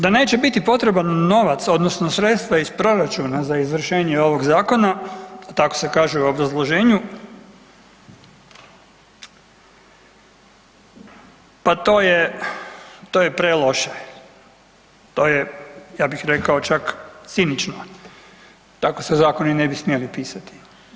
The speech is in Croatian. Da neće biti potreban novac odnosno sredstva iz proračuna za izvršenje ovog zakona, tako se kaže u obrazloženju, pa to je to je preloše, to je ja bih rekao čak cinično, tako se zakoni ne bi smjeli pisati.